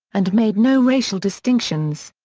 and made no racial distinctions.